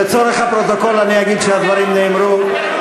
לצורך הפרוטוקול אני אגיד שהדברים נאמרו,